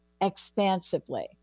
expansively